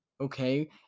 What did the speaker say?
okay